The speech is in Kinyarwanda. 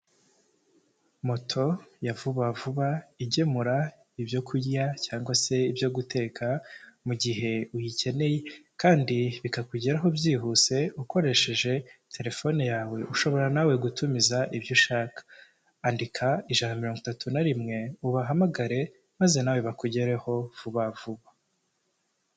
Moto ya vuba vuba igemura ibyo kurya cyangwa se ibyo guteka mu mugihe uyikeneye kandi bikakugeraho byihuse ukoresheje terefone yawe, ushobora nawe gutumiza ibyo ushaka, andika ijana mirongo itatu na rimwe, ubahamagare maze nawe bakugereho vuba vuba.